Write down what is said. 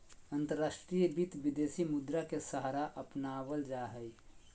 अंतर्राष्ट्रीय वित्त, विदेशी मुद्रा के सहारा अपनावल जा हई